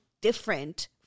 different